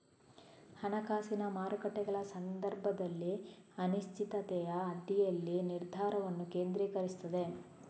ಹಣಕಾಸಿನ ಮಾರುಕಟ್ಟೆಗಳ ಸಂದರ್ಭದಲ್ಲಿ ಅನಿಶ್ಚಿತತೆಯ ಅಡಿಯಲ್ಲಿ ನಿರ್ಧಾರವನ್ನು ಕೇಂದ್ರೀಕರಿಸುತ್ತದೆ